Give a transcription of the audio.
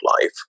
life